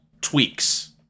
tweaks